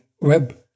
web